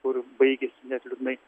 kur baigiasi liūdnai